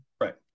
Right